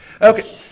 Okay